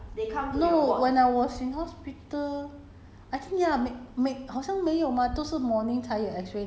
I think at night don't have X-ray right do I no when I was in hospital